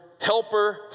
helper